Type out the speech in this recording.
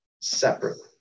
separately